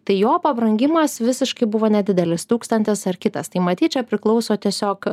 tai jo pabrangimas visiškai buvo nedidelis tūkstantis ar kitas tai matyt čia priklauso tiesiog